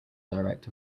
direct